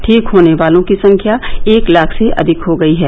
ठीक होने वालों की संख्या एक लाख से अधिक हो गई है